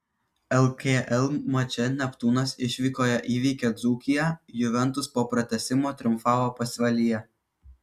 lkl mače neptūnas išvykoje įveikė dzūkiją juventus po pratęsimo triumfavo pasvalyje